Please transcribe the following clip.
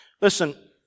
Listen